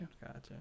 Gotcha